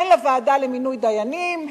הן לוועדה למינוי דיינים,